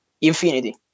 infinity